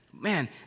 man